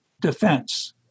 defense